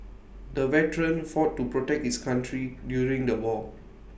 the veteran fought to protect his country during the war